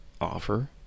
offer